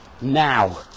now